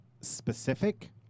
specific